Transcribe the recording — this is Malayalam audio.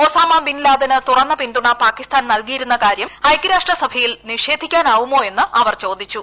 ഒസാമ ബിൻ ലാദന് തുറന്ന പിന്തുണ പാകിസ്ഥാൻ നൽകിയിരുന്ന കാര്യം ഐക്യരാഷ്ട്ര സഭയിൽ നിഷേധിക്കാനാവുമോ എന്ന് അവർ ചോദിച്ചു